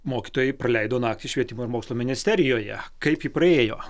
mokytojai praleido naktį švietimo ir mokslo ministerijoje kaip ji praėjo